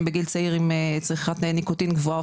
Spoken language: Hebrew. בגיל צעיר עם צריכת ניקוטין גבוהה,